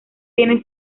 tiene